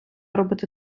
робити